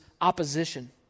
opposition